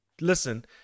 listen